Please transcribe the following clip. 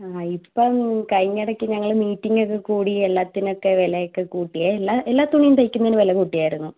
ആ ഇതിപ്പം കഴിഞ്ഞിടക്ക് ഞങ്ങൾ മീറ്റിങ്ങ് ഒക്കെ കൂടി എല്ലാത്തിനൊക്കെ വിലയൊക്കെ കൂട്ടിയേ എല്ലാ എല്ലാ തുണിയും തയ്ക്കുന്നതിന് വില കൂട്ടിയായിരുന്നു